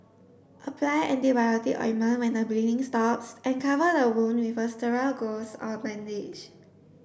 apply antibiotic ointment when the bleeding stops and cover the wound with a sterile gauze or bandage